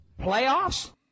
Playoffs